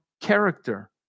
character